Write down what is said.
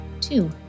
two